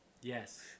Yes